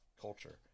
culture